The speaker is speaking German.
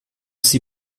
sie